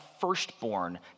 firstborn